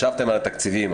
ישבתם על התקציבים,